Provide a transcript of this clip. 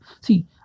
See